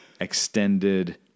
extended